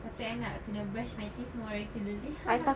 tapi I nak kena brush my teeth more regularly